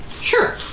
Sure